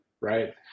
right